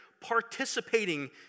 participating